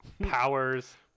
powers